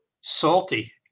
Salty